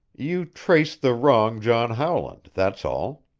you traced the wrong john howland, that's all.